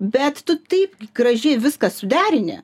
bet tu taip gražiai viską suderini